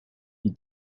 you